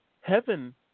heaven